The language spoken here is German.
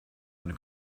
eine